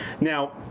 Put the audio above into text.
Now